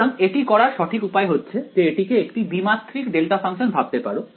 সুতরাং এটি করার সঠিক উপায় হচ্ছে যে এটিকে একটি দ্বিমাত্রিক ডেল্টা ফাংশন ভাবতে পারো